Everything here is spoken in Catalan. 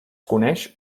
coneix